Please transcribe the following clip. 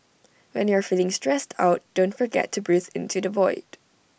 when you are feeling stressed out don't forget to breathe into the void